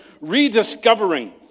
rediscovering